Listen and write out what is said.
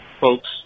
folks